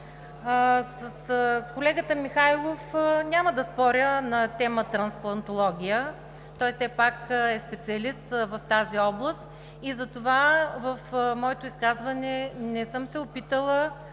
колегата Михайлов няма да споря на тема трансплантология – той все пак е специалист в тази област, затова в моето изказване не съм се опитала